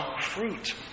fruit